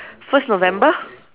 first November